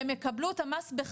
והם יקבלו את המס בחזרה,